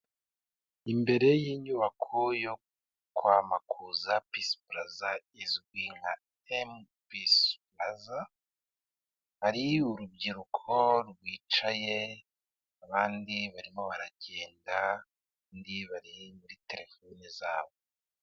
Imbere y'inyubako yo kwa makuza pisi puraza, izwi nka M peace praza, hari urubyiruko rwicaye, abandi barimo baragenda, abandi bari muri telefone zabo.